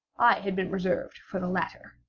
had been reserved for the latter.